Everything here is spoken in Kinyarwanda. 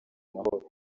mahoro